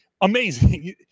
amazing